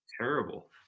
terrible